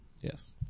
Yes